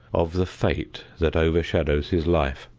of the fate that overshadows his life.